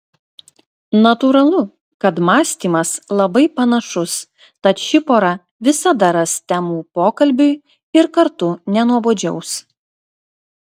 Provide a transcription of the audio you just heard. natūralu kad mąstymas labai panašus tad ši pora visada ras temų pokalbiui ir kartu nenuobodžiaus